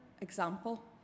example